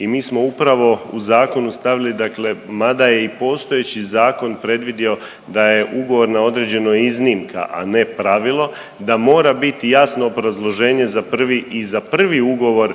I mi smo upravo u zakonu stavili dakle mada je i postojeći zakon predvidio da je ugovor na određeno iznimka, a ne pravila da mora biti jasno obrazloženje za prvi i za prvi ugovor